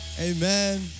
Amen